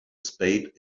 spade